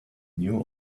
new